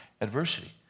adversity